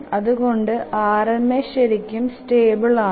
അതുകൊണ്ട് RMA ശെരിക്കും stable ആണ്